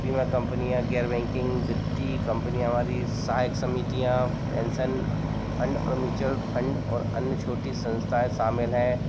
बीमा कम्पनियाँ गैर बैंकिंग वित्तीय कम्पनियाँ हमारी सहायक समितियाँ पेन्सन फंड और म्यूचुअल फंड और अन्य छोटी संस्थाएँ शामिल है